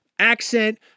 Accent